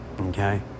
Okay